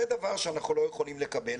זה דבר שאנחנו לא יכולים לקבל.